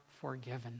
forgiven